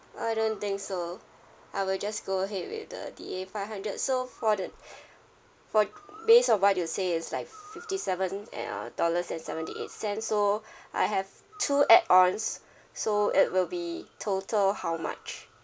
I don't think so I will just go ahead with the D A five hundred so for the for based on what you say is like fifty seven uh dollars and seventy eight cents so I have two add ons so it will be total how much